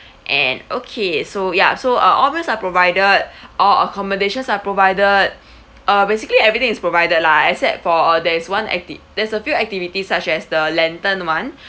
and okay so ya so uh all meals are provided all accommodations are provided uh basically everything is provided lah except for uh there is one acti~ there's a few activities such as the lantern [one]